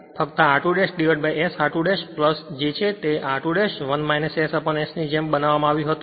ફક્ત r2S r2 છે જે r2 1 SS ની જેમ બનાવવામાં આવ્યું હતું